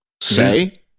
say